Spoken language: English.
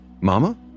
Mama